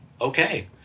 okay